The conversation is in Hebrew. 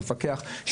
המפקח.